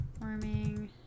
warming